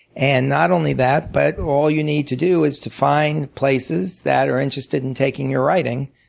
and not only that, but all you need to do is to find places that are interested in taking your writing.